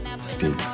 Steve